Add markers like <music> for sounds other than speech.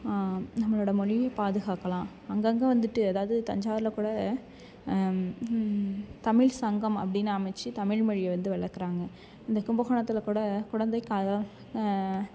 நம்மளோட மொழிய பாதுகாக்கலாம் அங்கங்கே வந்துட்டு அதாவது தஞ்சாவூரில் கூட தமிழ் சங்கம் அப்படின்னு அமைத்து தமிழ்மொழிய வந்து வளக்கிறாங்க இந்த கும்பகோணத்தில் கூட குடந்தை <unintelligible>